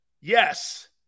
Yes